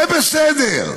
זה בסדר,